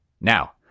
Now